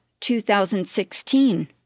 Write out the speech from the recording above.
2016